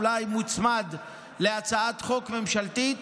אולי מוצמד להצעת חוק ממשלתית.